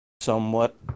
somewhat